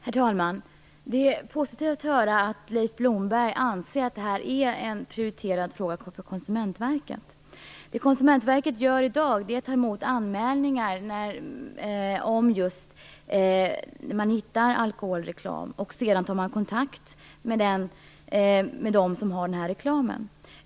Herr talman! Det är positivt att höra att Leif Blomberg anser att detta är en prioriterad fråga för Konsumentverket. Det Konsumentverket gör i dag är att ta emot anmälningar om alkoholreklam. Sedan tar Konsumentverket kontakt med dem som står för reklamen.